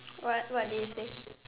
what what did you say